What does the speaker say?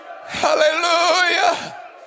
Hallelujah